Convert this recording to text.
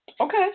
Okay